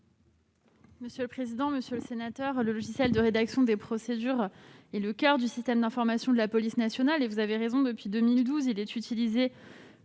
ministre déléguée. Monsieur le sénateur, le logiciel de rédaction des procédures est le coeur du système d'information de la police nationale. Vous avez raison, il est utilisé